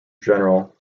general